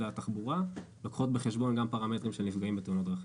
התחבורה לוקחות בחשבון גם פרמטרים של נפגעים בתאונת דרכים.